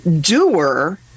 doer